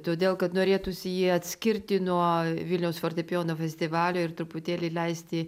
todėl kad norėtųsi jį atskirti nuo vilniaus fortepijono festivalio ir truputėlį leisti